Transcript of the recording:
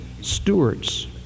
stewards